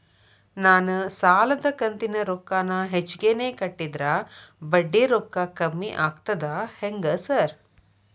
ನಾನ್ ಸಾಲದ ಕಂತಿನ ರೊಕ್ಕಾನ ಹೆಚ್ಚಿಗೆನೇ ಕಟ್ಟಿದ್ರ ಬಡ್ಡಿ ರೊಕ್ಕಾ ಕಮ್ಮಿ ಆಗ್ತದಾ ಹೆಂಗ್ ಸಾರ್?